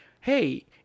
Hey